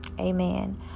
Amen